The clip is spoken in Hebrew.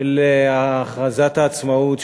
של הכרזת העצמאות,